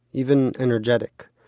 even energetic.